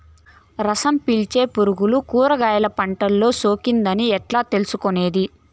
రసం పీల్చే పులుగులు కూరగాయలు పంటలో సోకింది అని ఎట్లా తెలుసుకునేది?